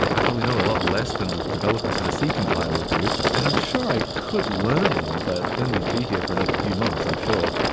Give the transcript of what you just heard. i probably know a lot less than the developers of a c compiler do. and i'm sure i could learn them, but then we'd be here for another few months i'm sure.